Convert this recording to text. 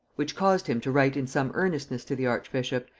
which caused him to write in some earnestness to the archbishop,